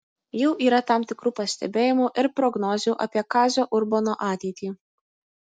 jau yra tam tikrų pastebėjimų ir prognozių apie kazio urbono ateitį